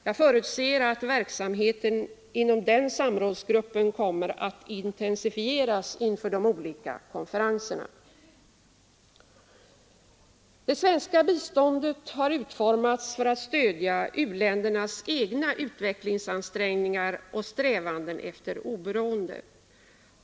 Jag förutser att verksamheten inom denna samrådsgrupp kommer att intensifieras inför de olika konferenserna. Det svenska biståndet har utformats för att stödja u-ländernas egna utvecklingsansträngningar och strävanden efter oberoende.